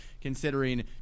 considering